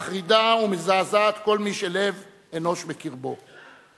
מחרידה ומזעזעת כל מי שלב אנוש בקרבו.